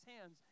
hands